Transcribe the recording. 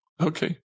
Okay